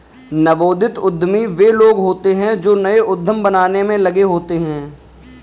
नवोदित उद्यमी वे लोग होते हैं जो नए उद्यम बनाने में लगे होते हैं